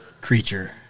creature